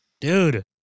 Dude